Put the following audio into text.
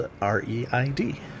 R-E-I-D